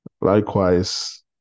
Likewise